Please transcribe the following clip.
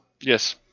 Yes